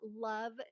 love